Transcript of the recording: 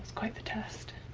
quite the test